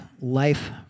life